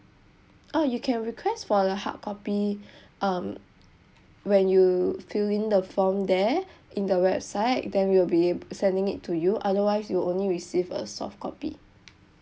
oh you can request for the hard copy um when you fill in the form there in the website then we'll be ab~ sending it to you otherwise you only receive a soft copy